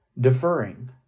deferring